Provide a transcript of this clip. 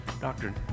doctrine